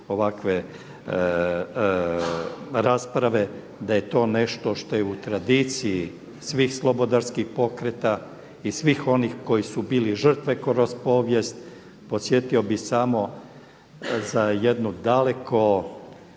ovakve rasprave, da je to nešto što je u tradiciji svih slobodarskih pokreta i svih onih koji su bili žrtve kroz povijest. Podsjetio bih samo za jednu daleko